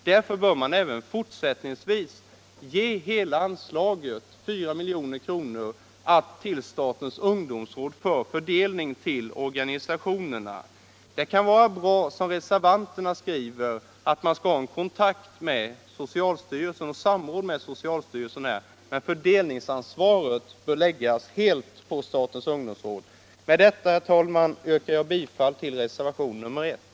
Därför bör även fortsättningsvis hela anslaget, 4 milj.kr., gå till statens ungdomsråd för fördelning till organisationerna. Det kan vara bra att man, såsom reservanterna skriver, skall ha ett samråd med socialstyrelsen. Men fördelningsansvaret bör läggas helt på statens ungdomsråd. Här med detta yrkar jag bifall till reservationen 1.